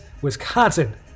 wisconsin